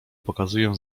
pokazuję